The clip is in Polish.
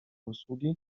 usługi